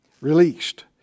released